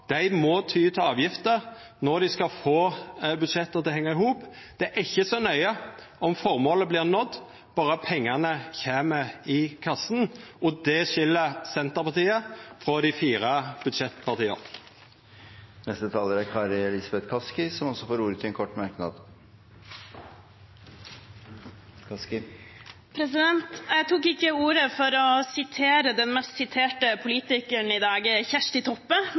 dei skal få budsjettet til å hengja i hop. Det er ikkje så nøye om ein når formålet, berre pengane kjem i kassen. Det skil Senterpartiet frå dei fire budsjettpartia. Representanten Kari Elisabeth Kaski har hatt ordet to ganger tidligere og får ordet til en kort merknad, begrenset til 1 minutt. Jeg tok ikke ordet for å sitere den mest siterte politikeren i dag, Kjersti Toppe,